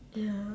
ya